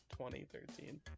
2013